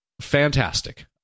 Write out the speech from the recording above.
fantastic